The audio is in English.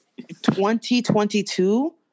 2022